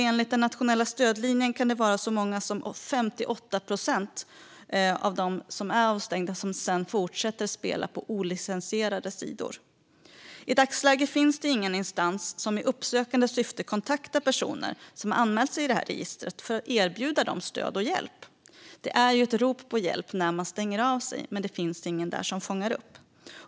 Enligt den nationella stödlinjen kan det vara så många som 58 procent av dem som är avstängda som fortsätter att spela på olicensierade sidor. I dagsläget finns ingen instans som i uppsökande syfte kontaktar personer som har anmält sig till registret för att erbjuda dem stöd och hjälp. Det är ett rop på hjälp när man stänger av sig, men det finns ingen där som fångar upp.